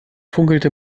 funkelte